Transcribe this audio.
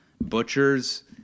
butchers